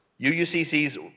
UUCC's